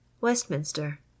westminster